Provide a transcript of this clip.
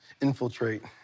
infiltrate